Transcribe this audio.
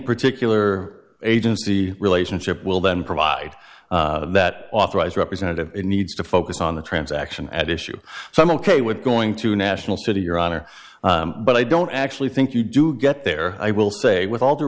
particular agency relationship will then provide that authorized representative needs to focus on the transaction at issue so i'm ok with going to national city your honor but i don't actually think you do get there i will say with all